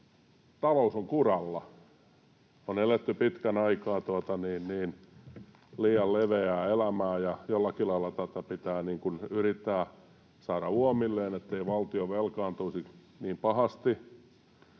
talous kuralla. On eletty pitkän aikaa liian leveää elämää, ja jollakin lailla tätä pitää yrittää saada uomilleen, ettei valtio velkaantuisi niin pahasti,